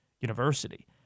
University